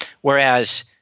whereas